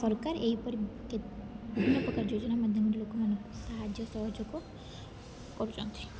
ସରକାର ଏହି ପରି କେ ବିଭିନ୍ନ ପ୍ରକାର ଯୋଜନା ମାଧ୍ୟମରେ ଲୋକମାନଙ୍କୁ ସାହାଯ୍ୟ ସହଯୋଗ କରୁଛନ୍ତି